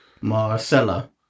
Marcella